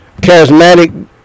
charismatic